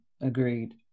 Agreed